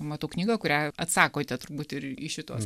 matau knygą kurią atsakote turbūt ir į šituos